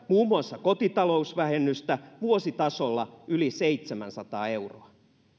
muun muassa kotitalousvähennystä vuositasolla yli seitsemänsataa euroa